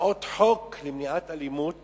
הצעות חוק למניעת אלימות